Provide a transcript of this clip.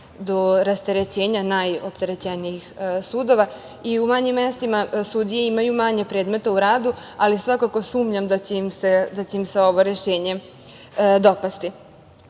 do rasterećenja najopterećenijih sudova. U manjim mestima sudije imaju manje predmeta u radu, ali svakako sumnjam da će im se ovo rešenje dopasti. Vrhovni